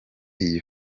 iyi